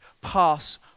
pass